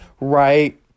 right